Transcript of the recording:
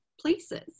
places